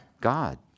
God